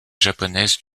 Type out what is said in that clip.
japonaise